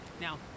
now